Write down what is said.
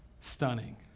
Stunning